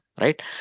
right